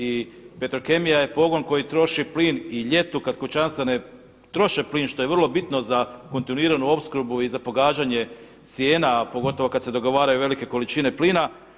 I Petrokemija je pogon koji troši plin i ljeti kad kućanstva ne troše plin što je vrlo bitno za kontinuiranu opskrbu i za pogađanje cijena, a pogotovo kad se dogovaraju velike količine plina.